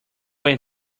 wait